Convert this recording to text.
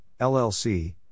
LLC